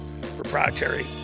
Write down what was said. proprietary